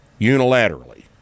unilaterally